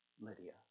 Lydia